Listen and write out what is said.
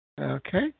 Okay